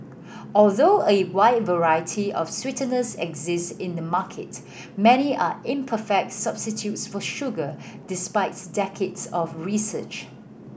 although a wide variety of sweeteners exist in the market many are imperfect substitutes for sugar despite decades of research